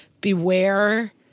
Beware